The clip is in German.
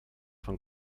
von